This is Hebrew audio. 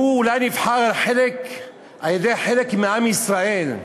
שהוא אולי נבחר על-ידי חלק מעם ישראל,